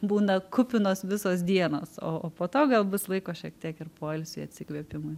būna kupinos visos dienos o o po to gal bus laiko šiek tiek ir poilsiui atsikvėpimui